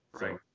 Right